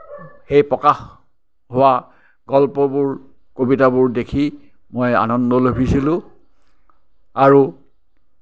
সেই প্ৰকাশ হোৱা গল্পবোৰ কবিতাবোৰ দেখি মই আনন্দ লভিছিলোঁ আৰু